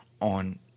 on